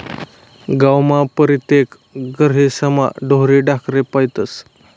गावमा परतेक घरेस्मा ढोरे ढाकरे पायतस